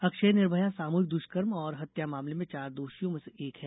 अक्षय निर्भया सामूहिक द्वष्कर्म और हत्या मामले में चार दोषियों में से एक है